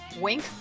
Wink